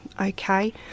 okay